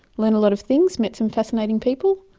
learned a lot of things, met some fascinating people.